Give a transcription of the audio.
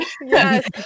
Yes